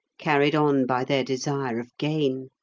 carried on by their desire of gain.